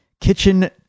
kitchen